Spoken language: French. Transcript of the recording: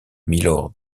mylord